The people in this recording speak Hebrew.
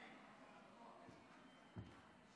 לברך את חברי חבר הכנסת סגן השרה